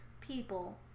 people